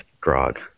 Grog